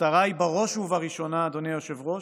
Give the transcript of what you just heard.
המטרה היא בראש ובראשונה, אדוני היושב-ראש,